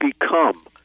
become